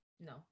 no